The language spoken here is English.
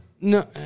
No